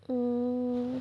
mm